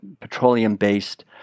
petroleum-based